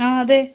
ആ അതെ